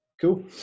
cool